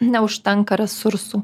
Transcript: neužtenka resursų